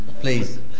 Please